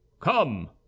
Come